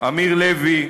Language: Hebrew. אמיר לוי,